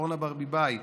אורנה ברביבאי,